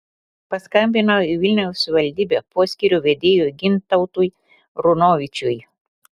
paskambinau į vilniaus savivaldybę poskyrio vedėjui gintautui runovičiui